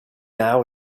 now